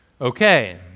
okay